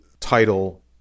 title